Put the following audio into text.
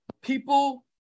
people